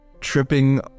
tripping